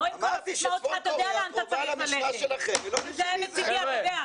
אמרתי שצפון קוריאה קרובה למשנה שלכם, זה הכול.